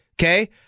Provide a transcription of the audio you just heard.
Okay